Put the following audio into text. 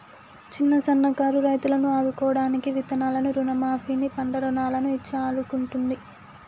చిన్న సన్న కారు రైతులను ఆదుకోడానికి విత్తనాలను రుణ మాఫీ ని, పంట రుణాలను ఇచ్చి ఆడుకుంటుంది